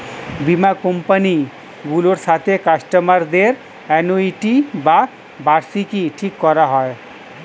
বীমা কোম্পানি গুলোর সাথে কাস্টমার দের অ্যানুইটি বা বার্ষিকী ঠিক করা হয়